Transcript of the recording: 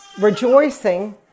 rejoicing